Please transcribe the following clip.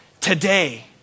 Today